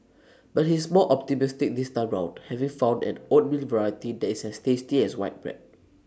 but he's more optimistic this time round having found an oatmeal variety that is as tasty as white bread